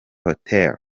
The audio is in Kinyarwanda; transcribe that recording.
hotel